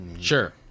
Sure